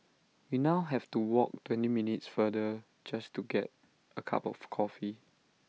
we now have to walk twenty minutes farther just to get A cup of coffee